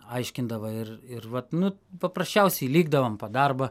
aiškindavo ir ir vat nu paprasčiausiai likdavom po darbą